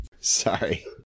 Sorry